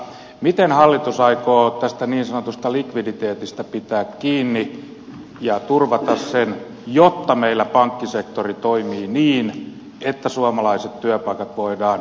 miten hallitus aikoo tästä niin sanotusta likviditeetistä pitää kiinni ja turvata sen jotta meillä pankkisektori toimii niin että suomalaiset työpaikat voidaan säilyttää